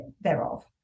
thereof